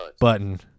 button